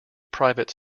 private